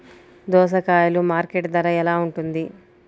దోసకాయలు మార్కెట్ ధర ఎలా ఉంటుంది?